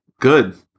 Good